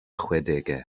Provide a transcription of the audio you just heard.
chwedegau